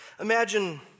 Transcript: Imagine